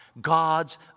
God's